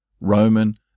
Roman